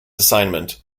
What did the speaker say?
assignment